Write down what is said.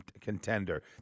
contender